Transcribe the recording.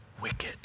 wicked